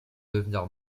devenir